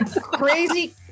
Crazy